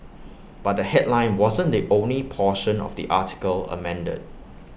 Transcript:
but the headline wasn't the only portion of the article amended